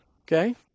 Okay